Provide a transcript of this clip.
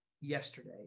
yesterday